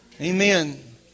Amen